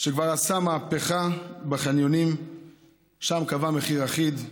שכבר עשה מהפכה בחניונים וקבע שם מחיר אחיד,